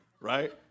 Right